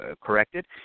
corrected